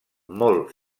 molt